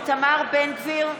איתמר בן גביר,